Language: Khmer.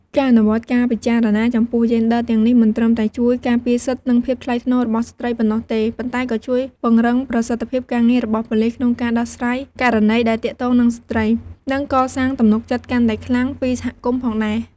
ការអនុវត្តការពិចារណាចំពោះយេនឌ័រទាំងនេះ មិនត្រឹមតែជួយការពារសិទ្ធិ និងភាពថ្លៃថ្នូររបស់ស្ត្រីប៉ុណ្ណោះទេ ប៉ុន្តែក៏ជួយពង្រឹងប្រសិទ្ធភាពការងាររបស់ប៉ូលិសក្នុងការដោះស្រាយករណីដែលទាក់ទងនឹងស្ត្រី និងកសាងទំនុកចិត្តកាន់តែខ្លាំងពីសហគមន៍ផងដែរ។